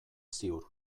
ziur